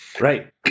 Right